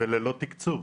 וללא תקצוב.